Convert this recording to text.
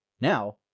Now